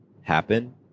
happen